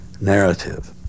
narrative